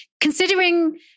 considering